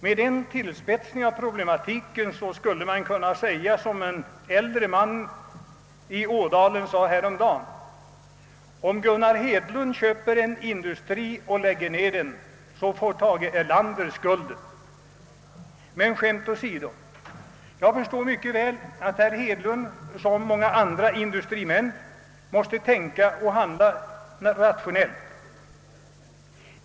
Med en tillspetsning av problematiken skulle man kunna säga som en äldre man i Ådalen sade häromdagen: »Om Gunnar Hedlund köper en industri och lägger ned den får Tage Erlander skulden.» Men skämt åsido — jag förstår mycket väl att herr Hedlund såsom många andra industrimän måste tänka och handla rationellt.